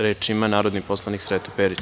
Reč ima narodni poslanik Sreto Perić.